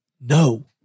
no